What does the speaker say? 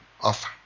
offer